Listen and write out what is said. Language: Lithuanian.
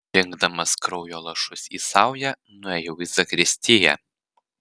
rinkdamas kraujo lašus į saują nuėjau į zakristiją